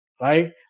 right